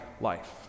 life